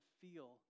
feel